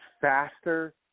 faster